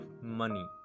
money